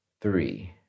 three